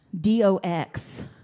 D-O-X